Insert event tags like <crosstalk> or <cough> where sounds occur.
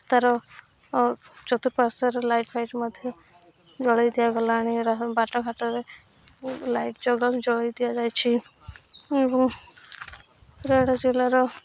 ରାସ୍ତାର ଚତୁଃପାର୍ଶ୍ୱରେ ଲାଇଟ୍ ଫାଇଟ୍ ମଧ୍ୟ ଜଳାଇ ଦିଆଗଲାଣି ଏରା ସବୁ ବାଟ ଘାଟରେ ଲାଇଟ୍ <unintelligible> ଜଳାଇ ଦିଆଯାଇଛି ଏବଂ ରାୟଗଡ଼ା ଜିଲ୍ଲାର